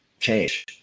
change